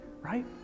right